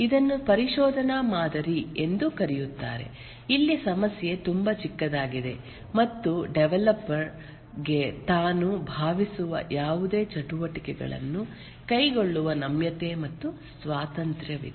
ಇದನ್ನು ಪರಿಶೋಧನಾ ಮಾದರಿ ಎಂದೂ ಕರೆಯುತ್ತಾರೆ ಇಲ್ಲಿ ಸಮಸ್ಯೆ ತುಂಬಾ ಚಿಕ್ಕದಾಗಿದೆ ಮತ್ತು ಡೆವಲಪರ್ ಗೆ ತಾನು ಭಾವಿಸುವ ಯಾವುದೇ ಚಟುವಟಿಕೆಗಳನ್ನು ಕೈಗೊಳ್ಳುವ ನಮ್ಯತೆ ಮತ್ತು ಸ್ವಾತಂತ್ರ್ಯವಿದೆ